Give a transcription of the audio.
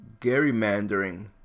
gerrymandering